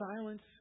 silence